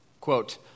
quote